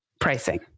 pricing